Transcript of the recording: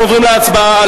אנחנו עוברים להצעה הבאה.